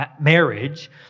marriage